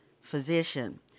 Physician